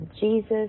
jesus